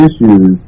issues